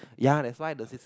ya that's why the sys~